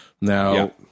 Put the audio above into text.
Now